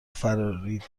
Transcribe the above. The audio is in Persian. فراری